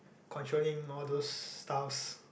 controlling all those staffs